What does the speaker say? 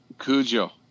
Cujo